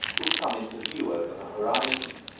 would come into view over the horizon.